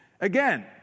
Again